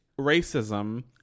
racism